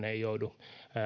kukaan ei joudu